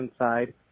inside